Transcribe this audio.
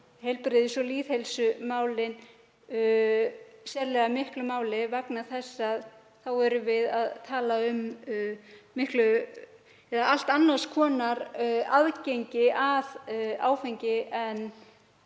heilbrigðis- og lýðheilsumálin skipti sérlega miklu máli vegna þess að þá erum við að tala um allt annars konar aðgengi að áfengi en